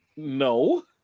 No